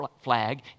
flag